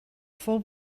fou